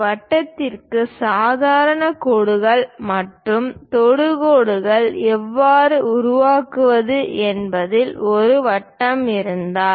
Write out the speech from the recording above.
வட்டத்திற்கு சாதாரண கோடுகள் மற்றும் தொடு கோடுகளை எவ்வாறு உருவாக்குவது என்பதில் ஒரு வட்டம் இருந்தால்